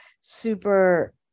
super